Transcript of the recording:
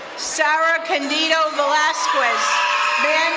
sarah candido valasquez